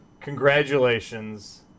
Congratulations